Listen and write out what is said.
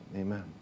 Amen